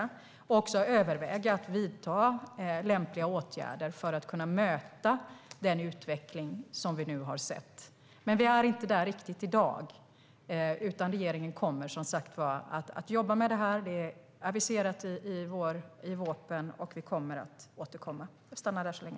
Det handlar också om att överväga att vidta lämpliga åtgärder för att kunna möta den utveckling som vi nu har sett. Men vi är inte riktigt där i dag. Regeringen kommer att jobba med detta. Det är aviserat i vårpropositionen, och vi kommer återkomma. Jag stannar där så länge.